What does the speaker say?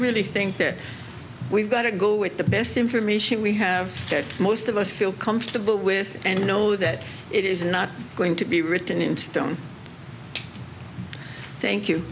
really think that we've got to go with the best information we have that most of us feel comfortable with and know that it is not going to be written in stone thank you